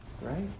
right